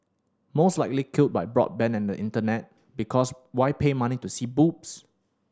most likely killed by broadband and the Internet because why pay money to see boobs